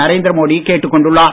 நரேந்திர மோடி கேட்டுக் கொண்டுள்ளார்